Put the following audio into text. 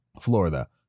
florida